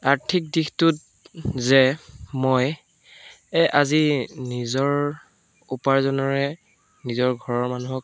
আৰ্থিক দিশটোত যে মই এ আজি নিজৰ উপাৰ্জনৰে নিজৰ ঘৰৰ মানুহক